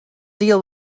deal